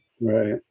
right